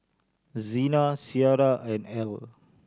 Xena Cierra and Ell